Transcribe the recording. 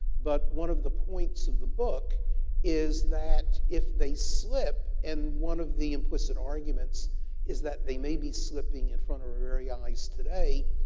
but, one of the points of the book is that, if they slip, and one of the implicit arguments is that they may be slipping in front of our very eyes today,